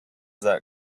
that